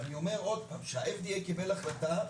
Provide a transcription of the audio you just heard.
אני אומר שוב שה-FDA קיבל החלטה,